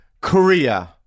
Korea